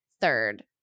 third